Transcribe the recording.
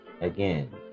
again